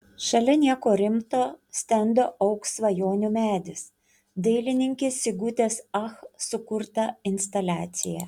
šalia nieko rimto stendo augs svajonių medis dailininkės sigutės ach sukurta instaliacija